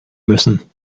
müssen